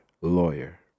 lawyer